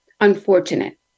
unfortunate